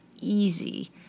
easy